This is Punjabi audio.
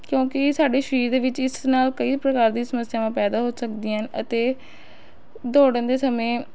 ਕਿਉਂਕਿ ਸਾਡੇ ਸਰੀਰ ਦੇ ਵਿੱਚ ਇਸ ਨਾਲ ਕਈ ਪ੍ਰਕਾਰ ਦੀ ਸਮੱਸਿਆਵਾਂ ਪੈਦਾ ਹੋ ਸਕਦੀਆਂ ਹਨ ਅਤੇ ਦੋੜਣ ਦੇ ਸਮੇਂ